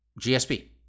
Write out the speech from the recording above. GSP